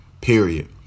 period